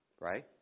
Right